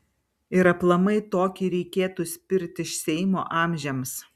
ir aplamai tokį reikėtų spirt iš seimo amžiams